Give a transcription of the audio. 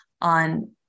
on